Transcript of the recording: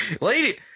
Lady